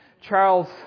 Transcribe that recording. Charles